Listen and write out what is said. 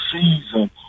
season